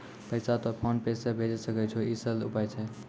पैसा तोय PhonePe से भैजै सकै छौ? ई सरल उपाय छै?